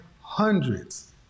hundreds